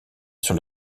sur